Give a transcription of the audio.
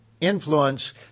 influence